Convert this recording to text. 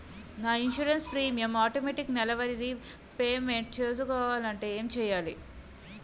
నా insurance premium automatic నెలవారి payment చేసుకోవాలంటే ఏంటి చేయాలి?